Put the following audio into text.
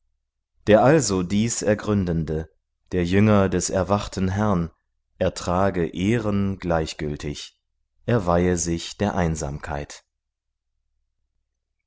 der also dies ergründende der jünger des erwachten herrn ertrage ehren gleichgültig er weihe sich der einsamkeit